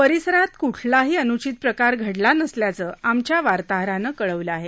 परिसरात क्ठलाही अन्चित प्रकार घडला नसल्याचंआमच्या वार्ताहरानं कळवलं आहे